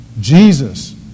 Jesus